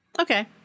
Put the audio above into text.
Okay